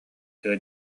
тыа